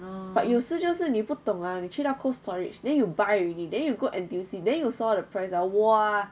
but 有时就是你不懂啊你去到 Cold Storage then you buy already then you go N_T_U_C then you will saw the price ah !wah!